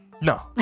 no